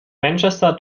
manchester